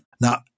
Now